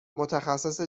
متخصص